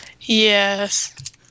Yes